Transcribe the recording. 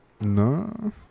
No